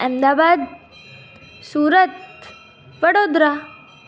Ahmedabad Surat Vadodara